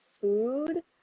food